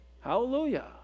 hallelujah